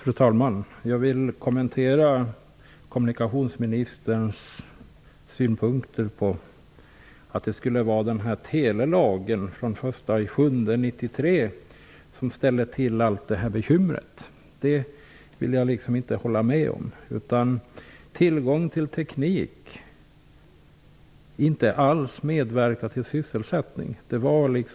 Fru talman! Jag vill kommentera kommunikationsministerns synpunkt att det skulle vara telelagen från den 1 juli 1993 som ställer till alla bekymmer. Det håller jag inte med om. Kommunikationsministern sade nästan att tillgång till teknik inte alls medverkar till sysselsättning.